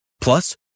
Plus